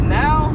now